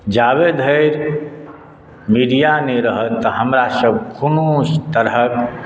याबत धरि मीडिया नहि रहल तऽ हमरासभ कोनो तरहक